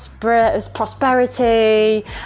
prosperity